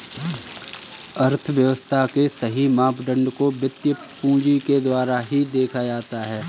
अर्थव्यव्स्था के सही मापदंड को वित्तीय पूंजी के द्वारा ही देखा जाता है